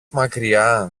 μακριά